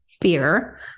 fear